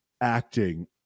acting